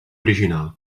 original